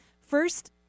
first